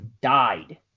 died